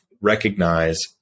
recognize